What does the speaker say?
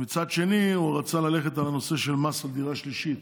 2. הוא רצה ללכת על הנושא של מס על דירה שלישית.